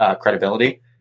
credibility